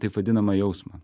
taip vadinamą jausmą